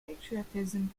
patriotism